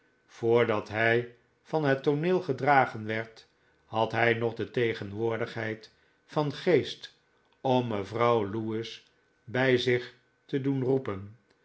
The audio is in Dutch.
voordat hij van het tooneel gedragen werd had hij nog de tegenwoordigheid van geest om mevrouw lewis bij zich te doen roepen